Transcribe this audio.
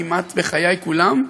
כמעט בחיי כולם,